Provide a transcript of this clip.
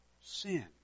sin